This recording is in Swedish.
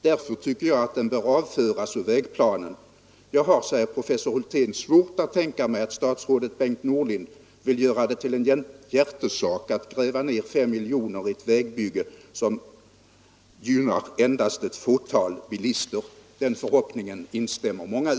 Därför tycker jag att den bör avföras ur vägplanen. Jag har svårt att tänka mig att statsrådet Bengt Norling vill göra det till en hjärtesak att gräva ner 5 miljoner i ett vägbygge för ett fåtal bilister.” Den förhoppningen instämmer många i.